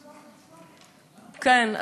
כן,